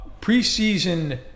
Preseason